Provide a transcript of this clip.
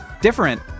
different